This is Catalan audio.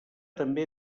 també